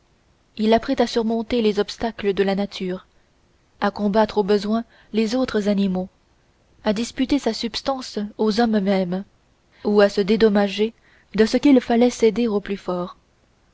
il apprit à surmonter les obstacles de la nature à combattre au besoin les autres animaux à disputer sa subsistance aux hommes mêmes ou à se dédommager de ce qu'il fallait céder au plus fort